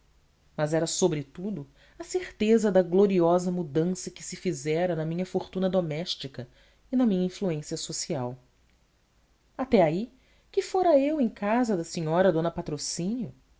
mas era sobretudo a certeza da gloriosa mudança que se fizera na minha fortuna doméstica e na minha influência social até aí que fora eu em casa da senhora dona patrocínio